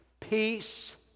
peace